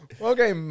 Okay